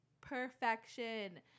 perfection